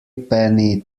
penny